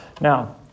Now